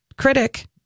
Critic